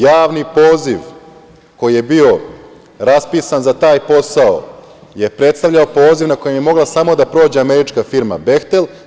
Javni poziv, koji je bio raspisan za taj posao, je predstavljao poziv na koji je mogla da prođe samo američka firma „Behtel“